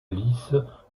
lisses